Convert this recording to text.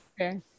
Okay